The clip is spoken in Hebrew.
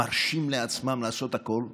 מרשים לעצמם לעשות הכול,